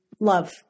love